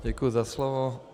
Děkuju za slovo.